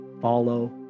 Follow